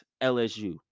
LSU